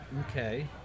Okay